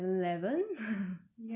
ya can also